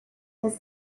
his